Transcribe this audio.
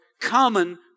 common